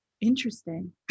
interesting